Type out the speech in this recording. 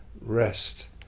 rest